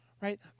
Right